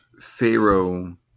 Pharaoh